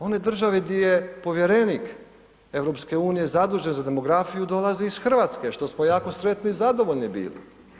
One države di je povjerenik EU-a zadužen za demografiju dolazi iz Hrvatske, što smo jako sretni i zadovoljni bili?